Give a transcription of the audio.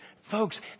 Folks